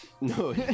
No